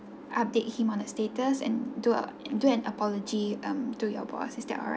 update him on the status and do a do an apology um to your boss is that alright